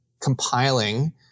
compiling